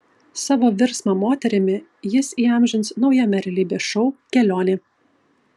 savo virsmą moterimi jis įamžins naujame realybės šou kelionė